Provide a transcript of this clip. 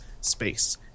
space